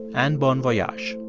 and bon voyage.